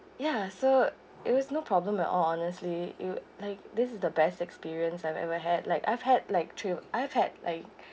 ya so it was no problem at all honestly it~ like this is the best experience I've ever had like I've had like travel I've had like